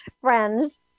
friends